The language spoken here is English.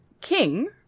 King